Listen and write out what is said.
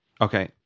Okay